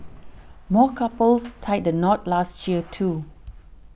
more couples tied the knot last year too